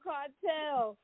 Cartel